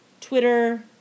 Twitter